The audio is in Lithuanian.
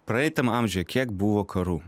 praeitam amžiuje kiek buvo karų